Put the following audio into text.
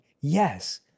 Yes